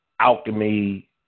alchemy